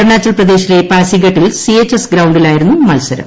അരുണാചൽപ്രദേശിലെ പാസിഗട്ടിൽ C H S ഗ്രൌണ്ടിലായിരുന്നു മത്സരം